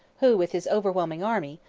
who, with his overwhelming army,